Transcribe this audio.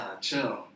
chill